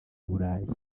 burayi